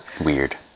Weird